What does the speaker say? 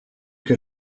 que